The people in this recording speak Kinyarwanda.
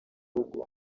rugo